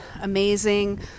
amazing